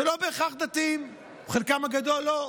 שהם לא בהכרח דתיים, חלקם הגדול לא.